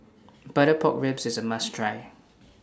Butter Pork Ribs IS A must Try